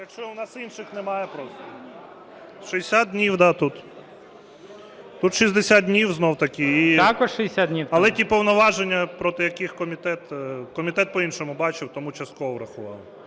Якщо у нас інших немає просто. 60 днів, да, тут. Тут 60 днів знов-таки… ГОЛОВУЮЧИЙ. Також 60 днів? КОРНІЄНКО О.С. Але ті повноваження, проти яких комітет… Комітет по-іншому бачив, тому частково врахував.